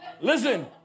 Listen